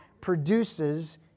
produces